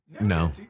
No